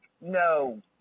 no